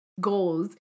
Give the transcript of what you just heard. goals